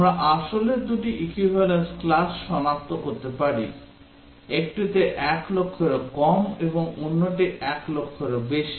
আমরা আসলের দুটি equivalence class সনাক্ত করতে পারি একটিতে 1 লক্ষেরও কম এবং অন্যটি 1 লক্ষেরও বেশি